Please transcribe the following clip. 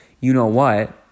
you-know-what